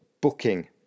booking